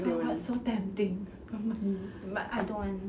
ya but so tempting got money but I don't want